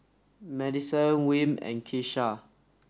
Madisen Wm and Kisha